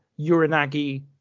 Urinagi